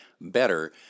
better